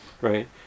right